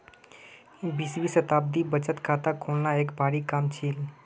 बीसवीं शताब्दीत बचत खाता खोलना एक भारी काम छील